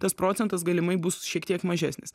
tas procentas galimai bus šiek tiek mažesnis